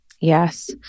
Yes